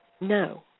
No